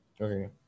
Okay